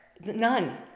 none